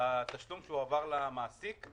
בתשלום שהועבר למעסיק,